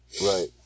right